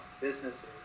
businesses